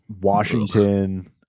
Washington